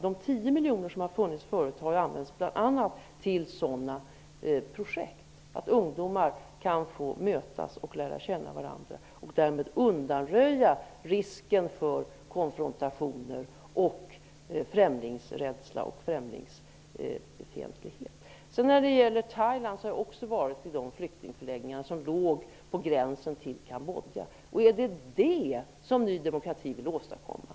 De 10 miljoner som har beviljats förut har använts bl.a. till projekt där ungdomar kan få mötas och lära känna varandra. Därmed undanröjer man risken för konfrontationer, främlingsrädsla och främlingsfientlighet. Jag har också varit i de thailändska flyktingförläggningar som låg på gränsen till Cambodja. Är det detta Ny demokrati vill åstadkomma?